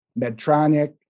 Medtronic